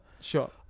Sure